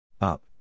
Up